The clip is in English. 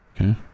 Okay